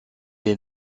est